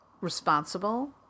responsible